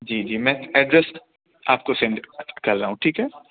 جی جی میں ایڈریس آپ کو سینڈ کر رہا ہوں ٹھیک ہے